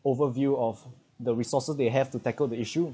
overview of the resources they have to tackle the issue